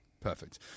Perfect